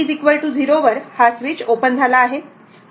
आणि t 0 वर हा स्विच ओपन झाला आहे